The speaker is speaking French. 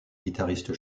guitariste